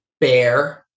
bear